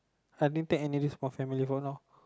I didn't take any risk for family photo